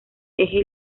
eje